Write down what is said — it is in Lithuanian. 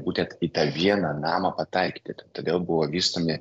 būtent į tą vieną namą pataikyti todėl buvo vystomi